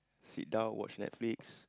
sit down watch Netflix